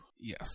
yes